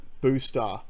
booster